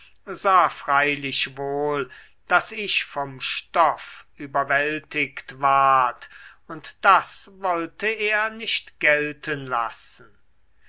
freilich wohl daß ich vom stoff überwältigt ward und das wollte er nicht gelten lassen